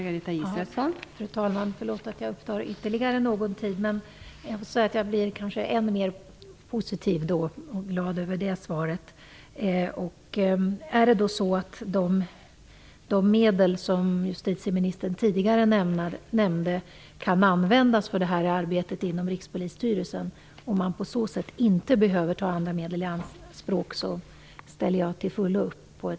Fru talman! Förlåt att jag upptar ytterligare litet tid. Jag vill bara säga att jag blir ännu mera positiv och ännu gladare över svaret nu. Är det så att de medel som justitieministern tidigare nämnde kan användas för det här arbetet inom Rikspolisstyrelsen och man därmed inte behöver ta andra medel i anspråk, ställer jag till fullo upp på det.